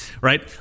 right